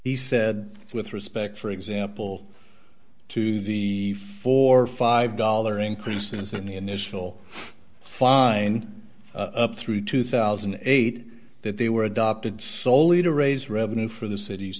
he said with respect for example to the four or five dollars increase in the initial fine up through two thousand and eight that they were adopted soley to raise revenue for the cities